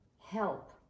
help